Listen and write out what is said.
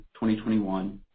2021